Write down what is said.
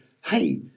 hey